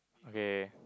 okay